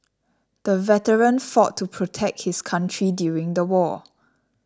the veteran fought to protect his country during the war